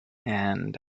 and